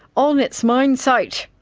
on its mine site.